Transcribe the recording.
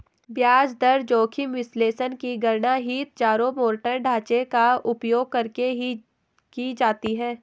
ब्याज दर जोखिम विश्लेषण की गणना हीथजारोमॉर्टन ढांचे का उपयोग करके की जाती है